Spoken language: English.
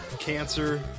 cancer